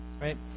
right